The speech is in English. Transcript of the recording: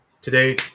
Today